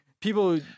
people